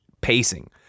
pacing